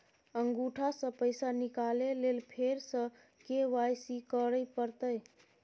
अंगूठा स पैसा निकाले लेल फेर स के.वाई.सी करै परतै?